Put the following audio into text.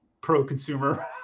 pro-consumer